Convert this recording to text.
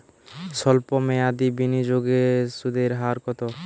সল্প মেয়াদি বিনিয়োগে সুদের হার কত?